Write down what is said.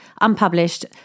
unpublished